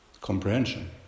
comprehension